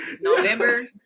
November